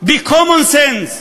ב-common sense,